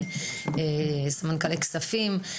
סמנכ"לי כספים.